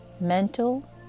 mental